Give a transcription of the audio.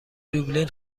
دوبلین